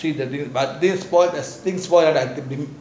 three thirty but this have six spoil